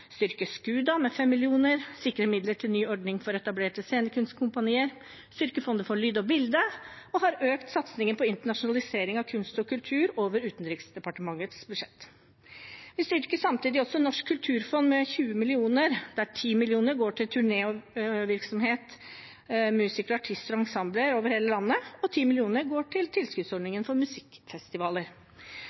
med 5 mill. kr, sikre midler til ny ordning for etablerte scenekunstkompanier, styrke Fond for lyd og bilde, og har økt satsingen på internasjonalisering av kunst og kultur over Utenriksdepartementets budsjett. Vi styrker samtidig Norsk kulturfond med 20 mill. kr, der 10 mill. kr går til turnévirksomhet, musikere, artister og ensembler over hele landet, og 10 mill. kr går til tilskuddsordningen for musikkfestivaler.